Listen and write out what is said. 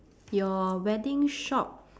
your wedding shop